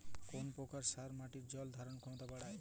কোন প্রকার সার মাটির জল ধারণ ক্ষমতা বাড়ায়?